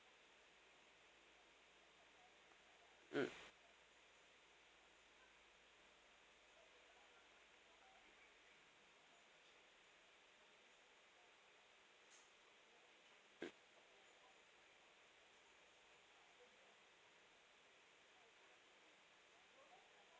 mm mm